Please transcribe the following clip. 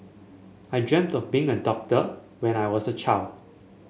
I dreamt of being a doctor when I was a child